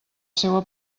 seua